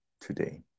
today